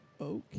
Okay